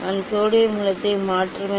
நான் சோடியம் மூலத்தை மாற்றுவேன்